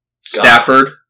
Stafford